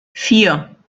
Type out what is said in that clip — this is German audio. vier